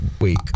week